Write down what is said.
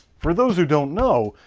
for those who don't know,